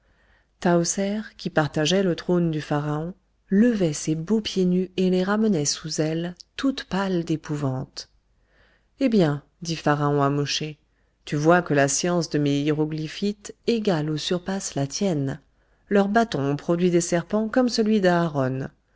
qui partageait le trône du pharaon levait ses beaux pieds nus et les ramenait sous elle toute pâle d'épouvante eh bien dit pharaon à mosché tu vois que la science de mes hiéroglyphites égale ou surpasse la tienne leurs bâtons ont produit des serpents comme celui d'aharon